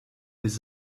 les